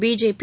BJP